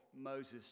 Moses